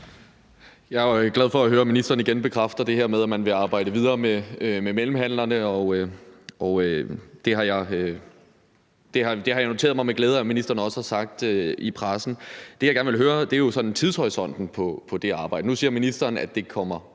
Jeg er jo glad for at høre, at ministeren igen bekræfter det her med, at man vil arbejde videre med mellemhandlerne, og det har jeg noteret mig med glæde ministeren også har sagt i pressen. Det, jeg gerne vil høre om, er tidshorisonten for det arbejde. Nu siger ministeren, at det kommer